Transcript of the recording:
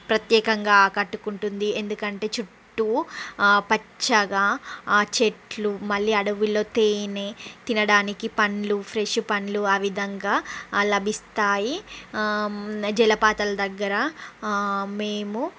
ప్రత్యేకంగా ఆకట్టుకుంటుంది ఎందుకంటే చుట్టూ పచ్చగా ఆ చెట్లు మళ్ళీ అడవుల్లో తేనె తినడానికి పండ్లు ఫ్రెష్ పండ్లు ఆ విధంగా లభిస్తాయి జలపాతాల దగ్గర మేము